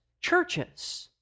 churches